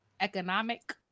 economic